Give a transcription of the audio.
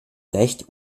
recht